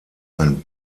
ein